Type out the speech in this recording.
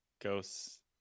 Ghosts